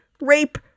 rape